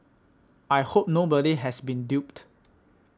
I hope nobody has been duped